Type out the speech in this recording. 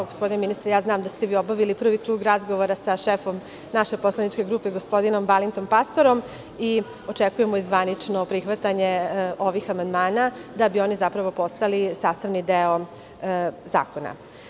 Gospodine ministre, znam da ste vi obavili prvi krug razgovora sa šefom naše poslaničke grupe, sa gospodinom Balintom Pastorom, te očekujemo i zvanično prihvatanje ovih amandmana, da bi oni zapravo postali sastavni deo zakona.